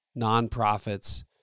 nonprofits